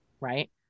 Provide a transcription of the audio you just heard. Right